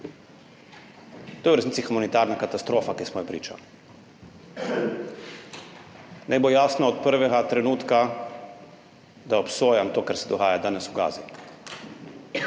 To je v resnici humanitarna katastrofa, ki smo ji priča. Naj bo jasno od prvega trenutka, da obsojam to, kar se dogaja danes v Gazi.